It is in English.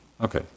Okay